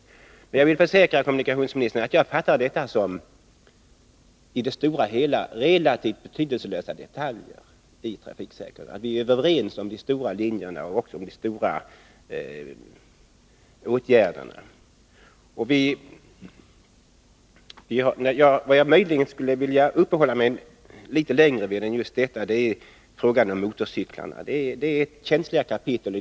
Jag vill emellertid försäkra kommunikationsministern att jag fattar detta såsom i det stora hela relativt betydelselösa detaljer från trafiksäkerhetssynpunkt. Vi är överens om de stora linjerna och åtgärderna. Vad jag möjligen skulle vilja uppehålla mig litet längre vid än just detta är frågan om motorcyklarna. Det är ett känsligt kapitel.